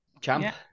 Champ